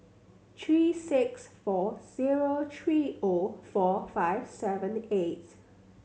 three six four zero three O four five seven eight